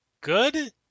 good